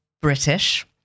British